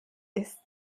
ist